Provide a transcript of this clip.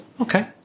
Okay